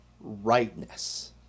rightness